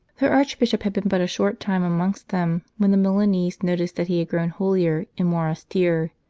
their archbishop had been but a short time amongst them, when the milanese noticed that he had grown holier and more austere.